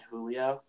Julio